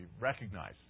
recognize